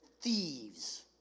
thieves